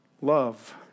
love